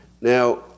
Now